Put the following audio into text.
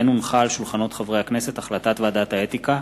החלטת ועדת האתיקה